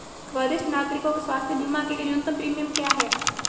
वरिष्ठ नागरिकों के स्वास्थ्य बीमा के लिए न्यूनतम प्रीमियम क्या है?